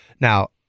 Now